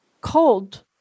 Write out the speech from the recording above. cold